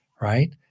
right